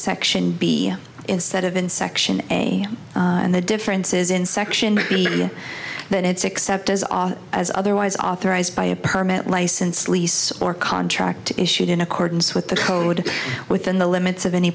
section b instead of in section a and the differences in section that it's accept as often as otherwise authorized by a permit license lease or contract issued in accordance with the code within the limits of any